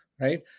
right